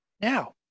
now